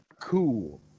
cool